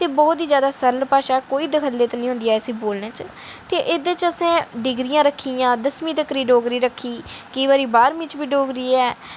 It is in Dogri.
ते बहुत ई जैदा सरल भाशा कोई दखल्ली निं होंदी ऐ इसी बोलने च ते एह्दे च असें डिग्रियां रक्खियां दसमीं तक्कर बी डोगरी रक्खी केईं बारी बाह्रमीं च बी डोगरी ऐ